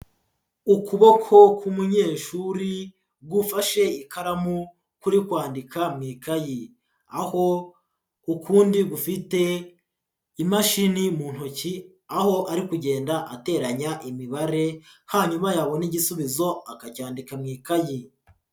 Ukuboko k'umunyeshuri gufashe ikaramu kuri kwandika mu ikayi. Aho ukundi gufite imashini mu ntoki, aho ari kugenda ateranya imibare hanyuma yabone igisubizo akacyandika mu ikayi.